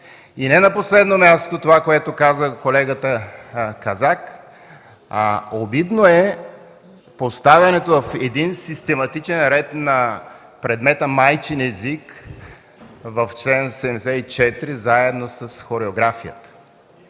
Не на последно място, както каза колегата Казак, обидно е повтарянето в един систематичен ред на предмета „майчин език” в чл. 74, заедно с хореографията.